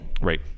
Right